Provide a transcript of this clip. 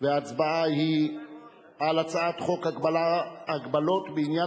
וההצבעה היא על הצעת חוק הגבלות בעניין